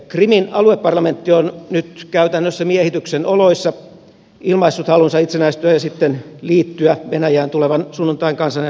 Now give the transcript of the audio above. krimin alueparlamentti on nyt käytännössä miehityksen oloissa ilmaissut halunsa itsenäistyä ja sitten liittyä venäjään tulevan sunnuntain kansanäänestyksen jälkeen